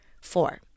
Four